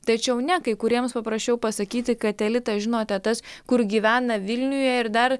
tačiau ne kai kuriems paprasčiau pasakyti kad elitas žinote tas kur gyvena vilniuje ir dar